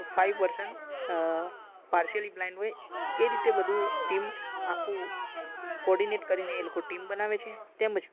five person partially blind હોય એ રીતે બધું ટીમ આખું કોર્ડીનેટ કરીને એ લોકો ટીમ બનાવે છે તેમજ